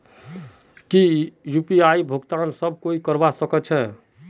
की यु.पी.आई भुगतान सब कोई ई करवा सकछै?